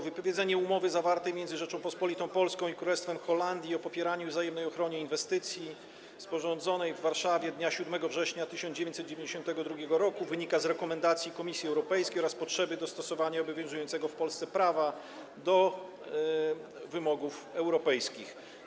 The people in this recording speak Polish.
Wypowiedzenie umowy zawartej między Rzecząpospolitą Polską i Królestwem Holandii o popieraniu i wzajemnej ochronie inwestycji, sporządzonej w Warszawie dnia 7 września 1992 r., wynika z rekomendacji Komisji Europejskiej oraz potrzeby dostosowania obowiązującego w Polsce prawa do wymogów europejskich.